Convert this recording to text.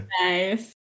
Nice